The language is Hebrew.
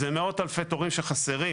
זה מאות אלפי תורים שחסרים.